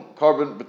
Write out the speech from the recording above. carbon